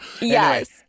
yes